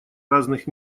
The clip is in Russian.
разных